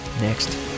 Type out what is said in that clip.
next